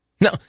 No